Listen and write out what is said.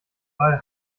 ball